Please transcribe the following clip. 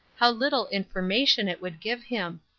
how little information it would give him!